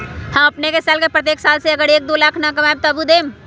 हम अपन साल के प्रत्येक साल मे अगर एक, दो लाख न कमाये तवु देम?